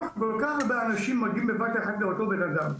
כל כך הרבה אנשים מגיעים בבת אחת לאותו אדם.